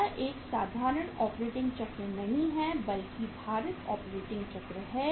यह एक साधारण ऑपरेटिंग चक्र नहीं है बल्कि भारित ऑपरेटिंग चक्र है